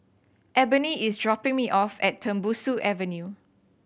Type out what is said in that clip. Ebony is dropping me off at Tembusu Avenue